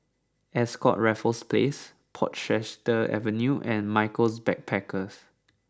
Ascott Raffles Place Portchester Avenue and Michaels Backpackers